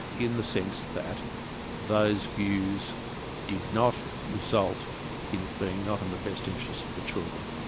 in the sense that those views did not result in ah being not in the best interests of the children,